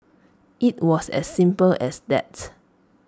IT was as simple as that